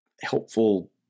helpful